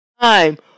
time